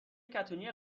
کتونی